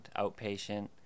Outpatient